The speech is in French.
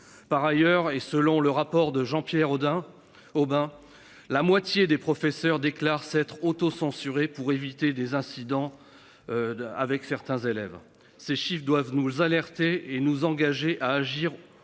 Par ailleurs et selon le rapport de Jean Pierre Audin. Oh ben la moitié des professeurs déclare s'être auto-censurer pour éviter des incidents. Avec certains élèves, ces chiffres doivent nous alerter et nous engager à agir